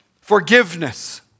Forgiveness